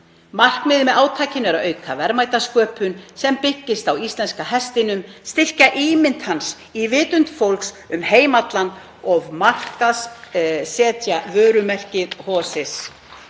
Markmiðið með átakinu er að auka verðmætasköpun sem byggist á íslenska hestinum, styrkja ímynd hans í vitund fólks um heim allan og markaðssetja vörumerkið Horses